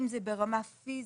אם זה ברמה פיזית,